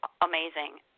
amazing